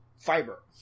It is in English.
fiber